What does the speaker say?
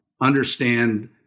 understand